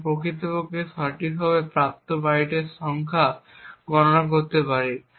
এবং প্রকৃতপক্ষে সঠিকভাবে প্রাপ্ত বাইটের সংখ্যা গণনা করতে পারি